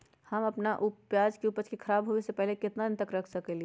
हम अपना प्याज के ऊपज के खराब होबे पहले कितना दिन तक रख सकीं ले?